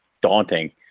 daunting